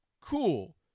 Cool